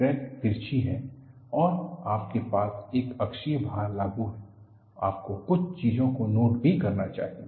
crack तिरछी है और आपके पास एक अक्षीय भार लागू है आपको कुछ चीजों को नोट भी करना चाहिए